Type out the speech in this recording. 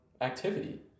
activity